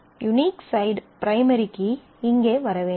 unique side primary key இங்கே வர வேண்டும்